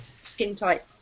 skin-tight